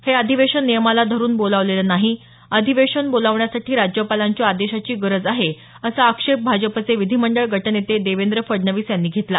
हे अधिवेशन नियमाला धरून बोलावलेलं नाही अधिवेशन बोलावण्यासाठी राज्यपालांच्या आदेशाची गरज आहे असा आक्षेप भाजपाचे विधिमंडळ गटनेते देवेंद्र फडणवीस यांनी घेतला